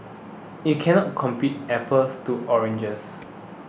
you can not compare apples to oranges